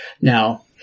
Now